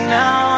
now